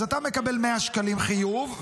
אז אתה מקבל 100 שקלים חיוב,